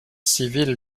civile